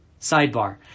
Sidebar